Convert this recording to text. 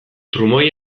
trumoi